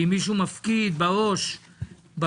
ואם מישהו מפקיד בבנק